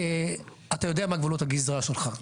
אתה יודע מה גבולות הגזרה שלך.